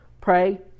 Pray